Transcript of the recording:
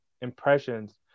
Impressions